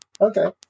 okay